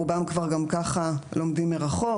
רובם כבר גם ככה לומדים מרחוק.